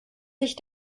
sich